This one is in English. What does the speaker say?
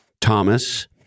Thomas